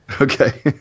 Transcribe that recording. okay